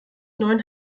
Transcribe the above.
neuen